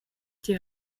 die